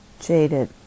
jaded